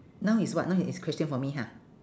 now is what now is question for me ha